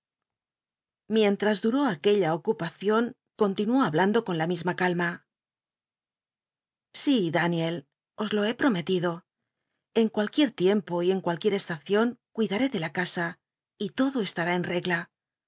ras duró aquella ocupacion continuó hablando con la misma calma sí daniel os lo he promctido en cualquier tiempo y en cualquier cstacion cuiclaó ele la casa y todo estará en regla